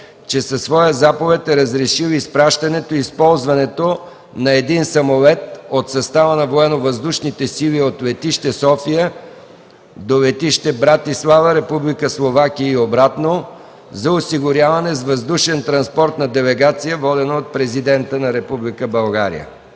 че със своя заповед е разрешил изпращането и използването на един самолет от състава на военновъздушните сили от летище София до летище Братислава, Република Словакия и обратно за осигуряване с въздушен транспорт на делегация, водена от Президента на